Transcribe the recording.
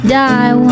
die